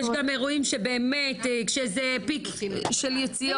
יש אירועים שבאמת יש איזה פיק של יציאות.